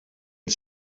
het